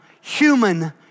human